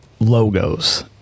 Logos